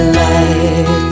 light